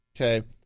okay